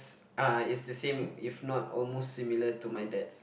uh is the same if not almost similar to my dad's